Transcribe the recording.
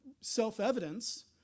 self-evidence